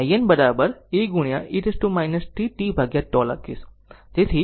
તેથી in a e t tτ લખીશ